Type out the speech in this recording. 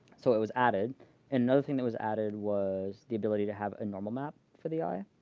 so it was added. and another thing that was added was the ability to have a normal map for the eye.